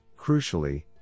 crucially